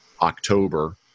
October